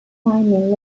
timing